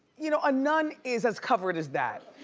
you know, a nun is as covered as that,